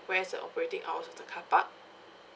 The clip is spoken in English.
where's the operating hours of the car park